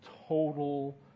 total